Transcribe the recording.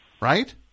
Right